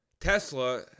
Tesla